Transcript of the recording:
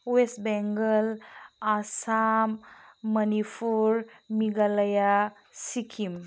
west Bengal Assam Manipur Meghalaya Sikkim